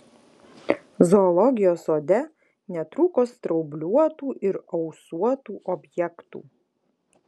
zoologijos sode netrūko straubliuotų ir ausuotų objektų